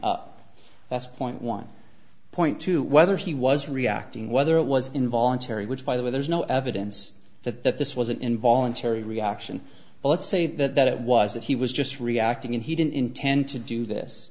that's point one point two whether he was reacting whether it was involuntary which by the way there's no evidence that this was an involuntary reaction let's say that it was that he was just reacting and he didn't intend to do this